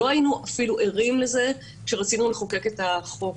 לא היינו אפילו ערים לזה כשרצינו לחוקק את החוק.